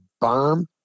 bomb